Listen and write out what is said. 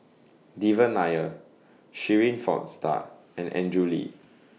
Devan Nair Shirin Fozdar and Andrew Lee